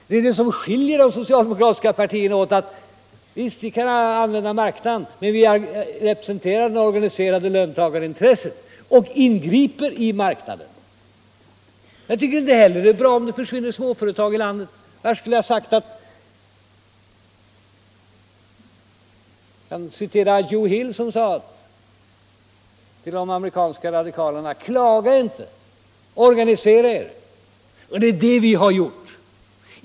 Det som utgör skillnaden när det gäller de socialdemokratiska partierna är att visst kan vi använda marknaden, men vi representerar det organiserade löntagarintresset och ingriper i marknaden. Jag tycker inte heller det är bra om det försvinner småföretag i landet. Jag kan citera Joe Hill, en av de amerikanska radikalerna, som sade: Klaga inte — organisera er! Det är det vi har gjort.